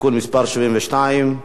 (תיקון מס' 72)